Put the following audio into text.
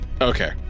Okay